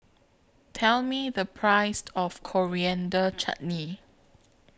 Tell Me The Price of Coriander Chutney